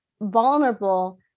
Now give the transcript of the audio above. vulnerable